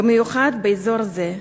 במיוחד באזור זה.